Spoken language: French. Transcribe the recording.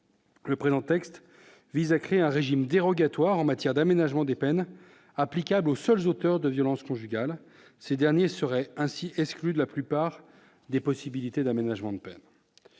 Le présent texte vise à créer un régime dérogatoire en matière d'aménagement des peines applicables aux seuls auteurs de violences conjugales, ces derniers seraient ainsi exclus de la plupart des possibilités d'aménagement de peine :